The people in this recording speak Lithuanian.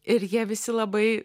ir jie visi labai